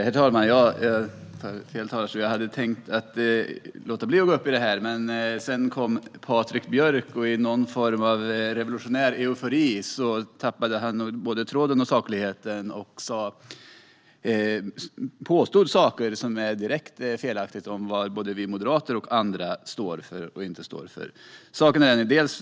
Herr talman! Jag hade tänkt låta bli att gå upp i talarstolen i detta ärende, men sedan kom Patrik Björck. I någon form av revolutionär eufori tappade han både tråden och sakligheten och påstod saker om vad både vi moderater och andra står för och som inte är direkt felaktiga.